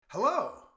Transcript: Hello